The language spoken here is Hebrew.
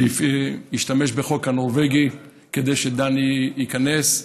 שהשתמש בחוק הנורבגי כדי שדני ייכנס.